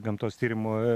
gamtos tyrimų